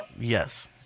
Yes